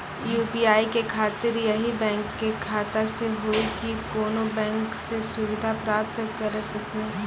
UPI के खातिर यही बैंक के खाता से हुई की कोनो बैंक से सुविधा प्राप्त करऽ सकनी?